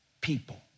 people